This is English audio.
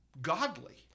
godly